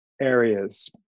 areas